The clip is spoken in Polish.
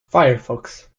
firefox